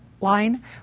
line